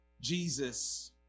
Jesus